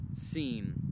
seen